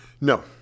No